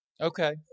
Okay